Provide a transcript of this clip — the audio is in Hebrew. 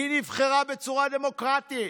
היא נבחרה בצורה דמוקרטית,